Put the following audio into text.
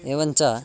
एवं च